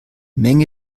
menge